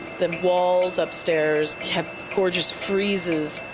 the walls upstairs have gorgeous friezes,